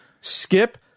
skip